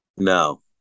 No